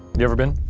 you ever been?